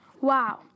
Wow